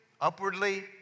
upwardly